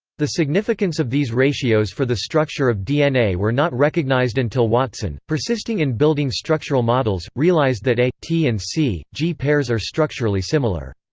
the significance of these ratios for the structure of dna were not recognized until watson, persisting in building structural models, realized that a t and c g pairs are structurally similar.